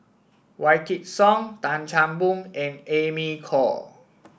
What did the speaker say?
Wykidd Song Tan Chan Boon and Amy Khor